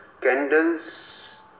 candles